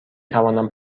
توانم